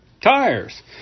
Tires